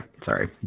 sorry